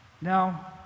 Now